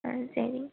ஆ சரிங்க